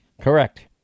Correct